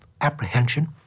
apprehension